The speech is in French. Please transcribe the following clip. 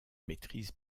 maîtrise